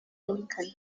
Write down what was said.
lincoln